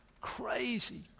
Crazy